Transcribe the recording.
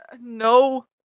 No